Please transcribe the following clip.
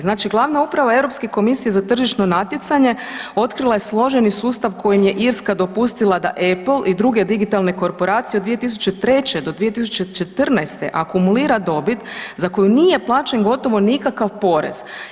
Znači glavna uprava Europske komisije za tržišno natjecanje otkrila je složeni sustav kojem je Irska dopustila da Apple i druge digitalne korporacije od 2003. do 2014. akumulira dobit za koju nije plaćen gotovo nikakav porez.